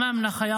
לך.